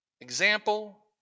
Example